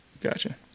gotcha